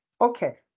Okay